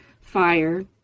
fire